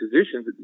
positions